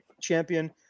champion